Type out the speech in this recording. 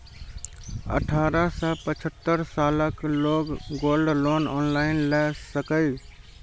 अठारह सं पचहत्तर सालक लोग गोल्ड लोन ऑनलाइन लए सकैए